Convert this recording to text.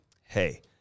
hey